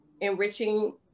enriching